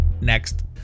next